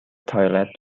toilet